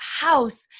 house